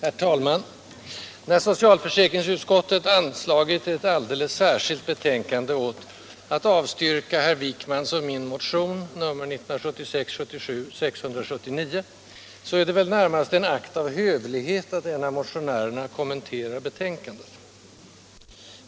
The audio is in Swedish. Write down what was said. Herr talman! När socialförsäkringsutskottet anslagit ett alldeles särskilt betänkande åt att avstyrka herr Wijkmans och min motion, nr 1976/77:679, så är det väl närmast en akt av hövlighet att en av motionärerna kommenterar betänkandet.